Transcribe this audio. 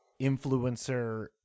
influencer